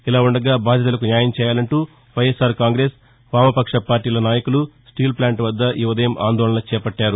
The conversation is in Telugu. ఇలా వుండగా బాధితులకు న్యాయం చేయాలంటూ వైఎస్సార్ కాంగ్రెస్ వామపక్ష పార్టీల నాయకులు స్టీల్ ప్లాంట్ వద్ద ఆందోళన చేపట్టారు